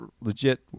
legit